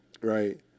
right